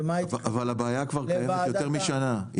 אבל הבעיה קיימת כבר יותר משנה.